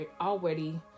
already